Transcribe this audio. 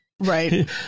Right